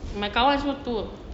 my kawan semua put